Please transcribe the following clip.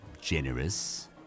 generous